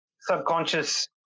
subconscious